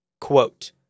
Quote